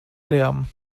lärm